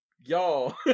Y'all